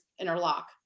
interlock